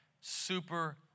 Super